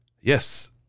Yes